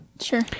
Sure